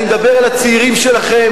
אני מדבר על הצעירים שלכם,